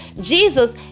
Jesus